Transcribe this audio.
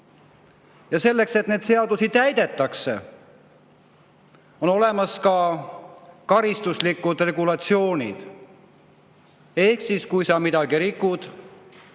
Selleks, et neid seadusi täidetaks, on olemas ka karistuslikud regulatsioonid: kui sa midagi rikud,